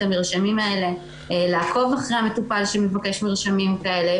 המרשמים האלה לעקוב אחרי המטופל שמבקש מרשמים כאלה.